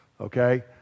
okay